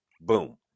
Boom